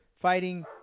fighting